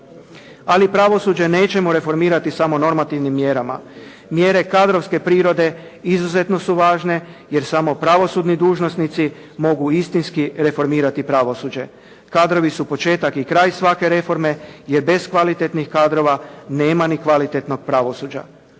Ali pravosuđe nećemo reformirati samo normativnim mjerama. Mjere kadrovske prirode izuzetno su važne jer samo pravosudni dužnosnici mogu istinski reformirati pravosuđe. Kadrovi su početak i kraj svake reforme jer bez kvalitetnih kadrova nema ni kvalitetnog pravosuđa.